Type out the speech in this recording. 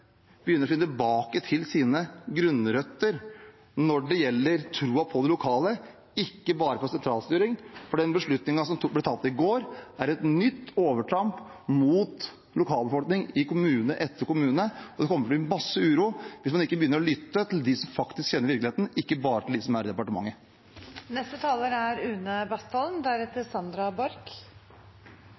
begynner å finne tilbake til sine grunnrøtter når det gjelder troen på det lokale, ikke bare på sentralstyring, for den beslutningen som ble tatt i går, er et nytt overtramp mot lokalbefolkningen i kommune etter kommune, og det kommer til å bli masse uro hvis man ikke begynner å lytte til dem som faktisk kjenner virkeligheten, ikke bare til dem som er i departementet. Nå begynner vi vel å nærme oss den delen av debatten hvor det er